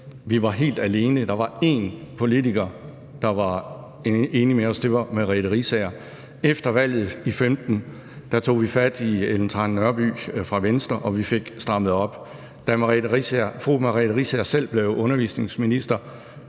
Vi var helt alene – der var én politiker, der var enig med os; det var fru Merete Riisager. Efter valget i 2015 tog vi fat i fru Ellen Trane Nørby fra Venstre, og vi fik strammet op. Da fru Merete Riisager selv blev undervisningsminister,